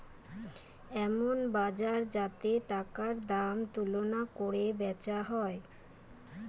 এমন বাজার যাতে টাকার দাম তুলনা কোরে বেচা হয়